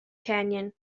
canyon